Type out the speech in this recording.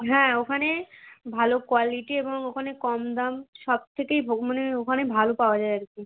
হ্যাঁ ওখানে ভালো কোয়ালিটি এবং ওখানে কম দাম সব থেকেই ভো মানে ওখানে ভালো পাওয়া যায় আর কি